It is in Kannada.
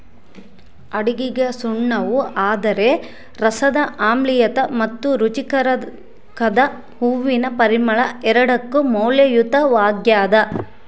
ಅಡುಗೆಗಸುಣ್ಣವು ಅದರ ರಸದ ಆಮ್ಲೀಯತೆ ಮತ್ತು ರುಚಿಕಾರಕದ ಹೂವಿನ ಪರಿಮಳ ಎರಡಕ್ಕೂ ಮೌಲ್ಯಯುತವಾಗ್ಯದ